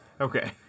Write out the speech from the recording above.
Okay